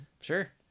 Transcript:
sure